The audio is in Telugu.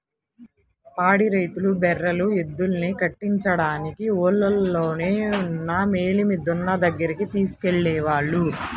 పాడి రైతులు బర్రెలు, ఎద్దుల్ని కట్టించడానికి ఊల్లోనే ఉన్న మేలిమి దున్న దగ్గరికి తీసుకెళ్ళేవాళ్ళు